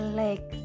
lake